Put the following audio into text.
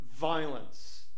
violence